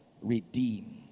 redeem